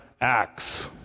acts